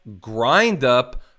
grind-up